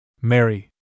Mary